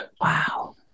Wow